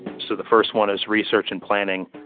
so the first one is research and planning.